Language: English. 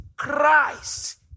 Christ